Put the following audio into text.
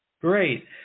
Great